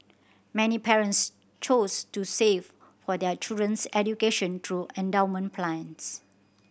many parents chose to save for their children's education through endowment plans